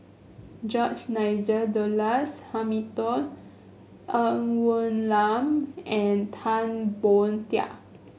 George Nigel Douglas Hamilton Ng Woon Lam and Tan Boon Teik